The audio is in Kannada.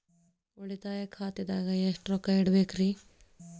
ಉಳಿತಾಯ ಖಾತೆದಾಗ ಎಷ್ಟ ರೊಕ್ಕ ಇಡಬೇಕ್ರಿ?